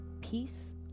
peace